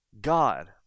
God